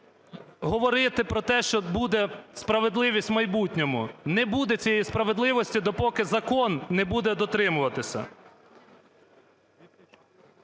змін, говорити про те, що буде справедливість в майбутньому. Не буде цієї справедливості допоки закон не буде дотримуватися.